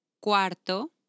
cuarto